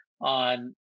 on